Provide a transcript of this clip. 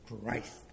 Christ